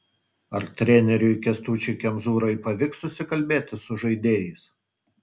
ar treneriui kęstučiui kemzūrai pavyks susikalbėti su žaidėjais